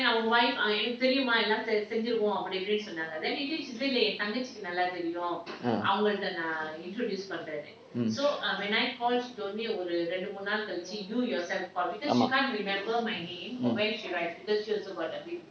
mm mm ஆமாம்:aamaam mm